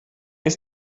ist